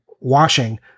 washing